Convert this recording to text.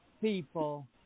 people